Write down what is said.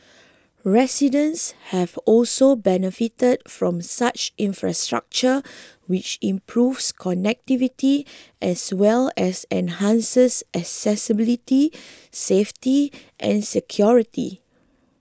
residents have also benefited from such infrastructure which improves connectivity as well as enhances accessibility safety and security